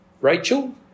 Rachel